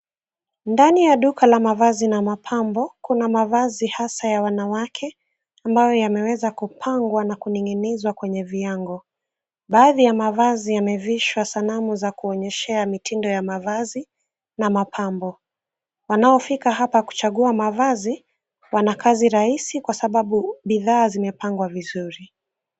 Ndani ya duka la mavazi na mapambo, kuna mavazi hasa ya wanawake ambayo yameweza kupangwa na kuning'inizwa kwenye viango. Baadhi ya mavazi yamevishwa sanamu za kuonyeshea mitindo ya mavazi na mapambo. Wanaofika hapa mavazi wana kazi rahisi kwa sababu bidhaa zimepangwa vizuri.